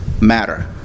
matter